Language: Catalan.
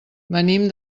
venim